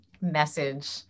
message